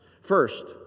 first